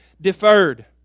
Deferred